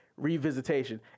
revisitation